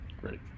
great